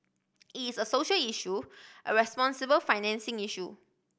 it is a social issue a responsible financing issue